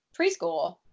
preschool